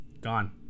gone